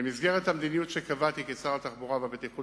במסגרת המדיניות שקבעתי כשר התחבורה והבטיחות